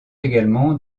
également